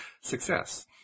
Success